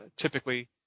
typically